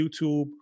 YouTube